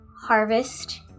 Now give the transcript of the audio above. harvest